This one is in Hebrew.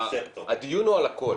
--- הדיון הוא על הכול.